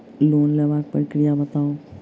Loan लेबाक प्रक्रिया बताऊ?